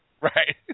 Right